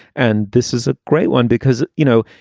and this is a great one because, you know,